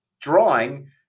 drawing